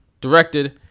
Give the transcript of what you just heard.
directed